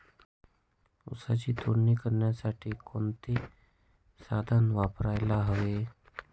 ऊसाची तोडणी करण्यासाठी कोणते साधन वापरायला हवे?